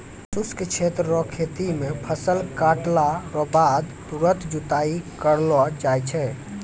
शुष्क क्षेत्र रो खेती मे फसल काटला रो बाद तुरंत जुताई करलो जाय छै